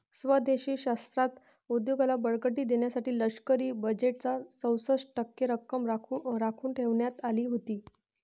स्वदेशी शस्त्रास्त्र उद्योगाला बळकटी देण्यासाठी लष्करी बजेटच्या चौसष्ट टक्के रक्कम राखून ठेवण्यात आली होती